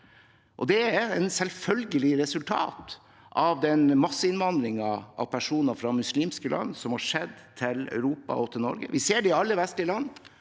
Det er et selvfølgelig resultat av den masseinnvandringen av personer fra muslimske land som har skjedd til Europa og til Norge. Vi ser det i alle vestlige land